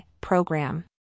program